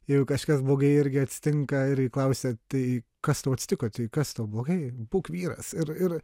jeigu kažkas blogai irgi atsitinka irgi klausia tai kas tau atsitiko tai kas tau blogai būk vyras ir ir